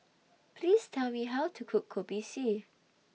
Please Tell Me How to Cook Kopi C